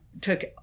took